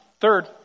Third